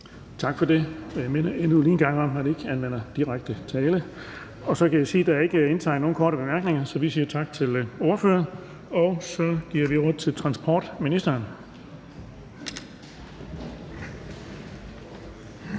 Tak for det. Jeg minder endnu en gang om, at man ikke anvender direkte tiltale. Så kan jeg sige, at der ikke er indtegnet nogen for korte bemærkninger, så vi siger tak til ordføreren. Og så giver vi ordet til transportministeren.